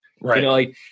Right